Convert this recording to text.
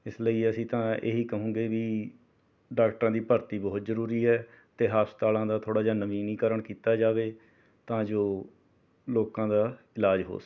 ਇਸ ਲਈ ਅਸੀਂ ਤਾਂ ਇਹੀ ਕਹੂੰਗੇ ਵੀ ਡਾਕਟਰਾਂ ਦੀ ਭਰਤੀ ਬਹੁਤ ਜ਼ਰੂਰੀ ਹੈ ਅਤੇ ਹਸਪਤਾਲਾਂ ਦਾ ਥੋੜ੍ਹਾ ਜਿਹਾ ਨਵੀਨੀਕਰਨ ਕੀਤਾ ਜਾਵੇ ਤਾਂ ਜੋ ਲੋਕਾਂ ਦਾ ਇਲਾਜ ਹੋ ਸਕੇ